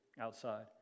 outside